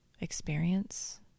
experience